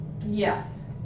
yes